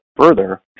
further